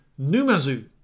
Numazu